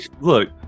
look